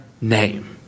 name